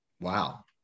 Wow